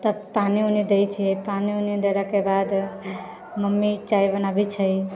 तब पानि उनि देइ छियै पानि उनि देलाके बाद मम्मी चाय बनाबै छै